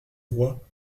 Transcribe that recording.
roi